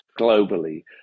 globally